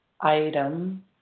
item